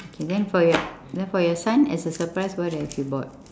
then for your then for your son as a surprise what have you bought